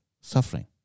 suffering